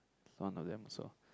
some of them also